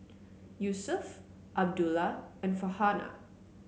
Yusuf Abdullah and Farhanah